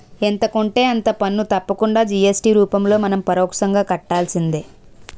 ఎంత కొంటే అంత పన్ను తప్పకుండా జి.ఎస్.టి రూపంలో మనం పరోక్షంగా కట్టాల్సిందే